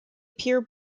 pure